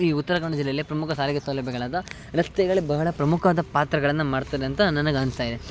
ಈ ಉತ್ತರ ಕನ್ನಡ ಜಿಲ್ಲೆಯಲ್ಲಿ ಪ್ರಮುಖ ಸಾರಿಗೆ ಸೌಲಭ್ಯಗಳಾದ ರಸ್ತೆಗಳೇ ಬಹಳ ಪ್ರಮುಖವಾದ ಪಾತ್ರಗಳನ್ನು ಮಾಡ್ತಾರೆ ಅಂತ ನನಗೆ ಅನಿಸ್ತಾ ಇದೆ